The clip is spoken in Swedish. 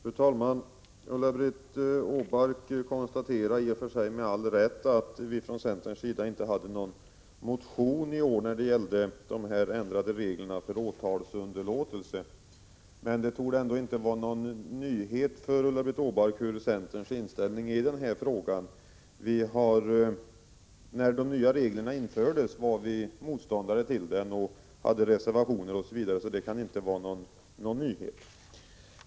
Åtalsunderlåtelse och Fru talman! Ulla-Britt Åbark konstaterar, i och för sig med all rätt, att vi åtgärder motekonofrån centerns sida inte väckt någon motion i år om ändrade regler för Mik DIONstgNeG åtalsunderlåtelse. Men det torde inte vara någon nyhet för Ulla-Britt Åbark Unge vad centern har för inställning i denna fråga. När de nya reglerna infördes var vi motståndare till dem och hade reservationer i frågan. Så det kan inte vara någon nyhet.